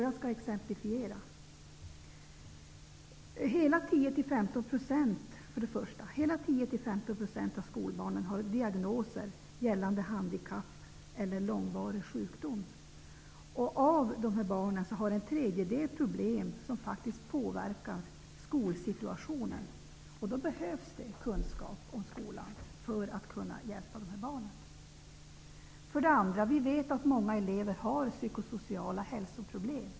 Jag skall exemplifiera: För det första har hela 10-- 15 % av skolbarnen fått diagnoser gällande handikapp eller långvarig sjukdom. Av dessa barn har 1/3 problem som faktiskt påverkar skolsituationen. Det behövs kunskap om skolan för att man skall kunna hjälpa dessa barn. För det andra vet vi att många elever har psykosociala hälsoproblem.